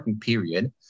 period